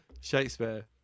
Shakespeare